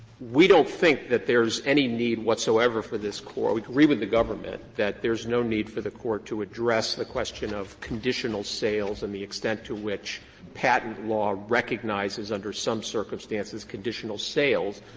we don't think that there's any need whatsoever for this court we agree with the government that there's no need for the court to address the question of conditional sales and the extent to which patent law recognizes under some circumstances conditional sales,